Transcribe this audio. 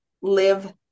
live